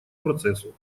процессу